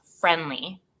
friendly